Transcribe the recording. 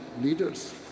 leaders